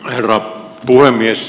herra puhemies